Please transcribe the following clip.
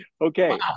okay